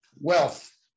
wealth